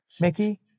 mickey